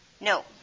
No